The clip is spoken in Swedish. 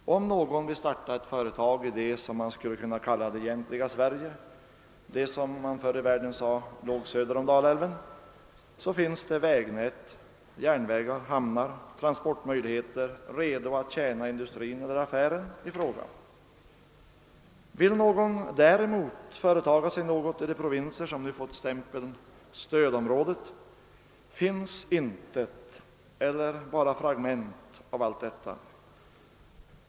För den som vill starta ett företag i det som man förr i världen kallade »det egentliga Sverige» — det som ligger söder om Dalälven — finns vägnät, järnvägar, hamnar, transportmöjligheter redo att tjäna industrin eller affären i fråga. För den som däremot vill företaga sig något i de provinser som nu fått stämpeln stödområde finns intet eller bara fragment av allt detta.